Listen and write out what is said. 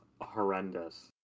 horrendous